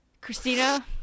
Christina